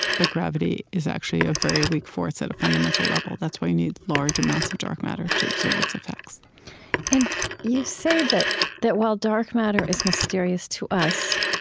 but gravity is actually a very weak force, at a fundamental level. that's why you need large amounts of dark matter to observe its effects and you say that that while dark matter is mysterious to us,